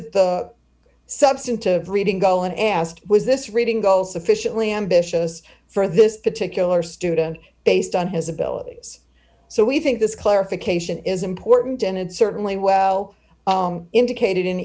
at the substantive reading go and asked was this reading go sufficiently ambitious for this particular student based on his abilities so we think this clarification is important and it's certainly well indicated